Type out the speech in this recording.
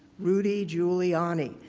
rudy giuliani.